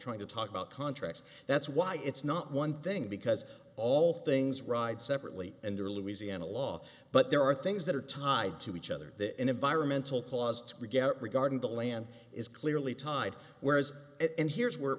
trying to talk about contracts that's why it's not one thing because all things ride separately and are louisiana law but there are things that are tied to each other in environmental cause to regarding the land is clearly tied whereas and here's